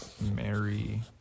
Mary